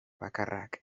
bakarrak